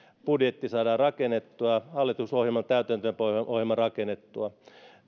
budjetti saadaan rakennettua ja hallitusohjelman täytäntöönpano ohjelma rakennettua